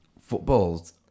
Football's